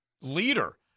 leader